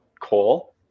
coal